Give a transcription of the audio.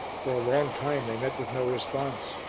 for a long time they met with no response,